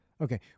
Okay